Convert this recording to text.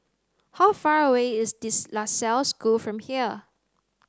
how far away is this La Salle School from here